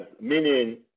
meaning